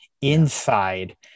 inside